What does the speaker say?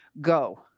go